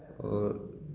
आओर